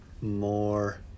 more